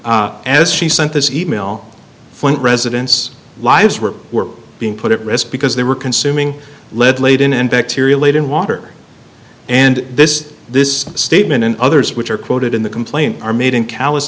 that as she sent his email for the residents lives were were being put at risk because they were consuming lead laden and bacteria laden water and this this statement and others which are quoted in the complaint are made in c